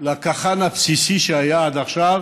לקח"ן הבסיסי, שהיה עד עכשיו